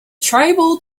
tribal